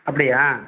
அப்படியா